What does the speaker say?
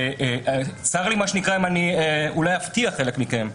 וצר לי אם אולי אפתיע חלק מכם: